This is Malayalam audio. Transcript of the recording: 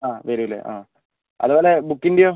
ആ വരും അല്ലേ ആ അതുപോലെ ബുക്കിൻ്റെയോ